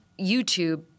YouTube